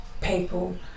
people